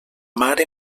mare